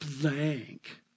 blank